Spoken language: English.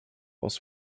was